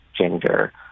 gender